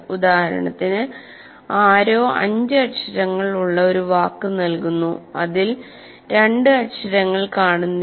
ഉദാഹരണത്തിന് ആരോ അഞ്ച് അക്ഷരങ്ങൾ ഉള്ള ഒരു വാക്ക് നൽകുന്നു അതിൽ രണ്ട് അക്ഷരങ്ങൾ കാണുന്നില്ല